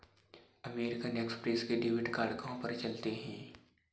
American Express के debit card कहाँ पर चलते हैं?